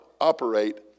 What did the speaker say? operate